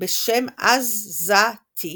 בשם az-za-ti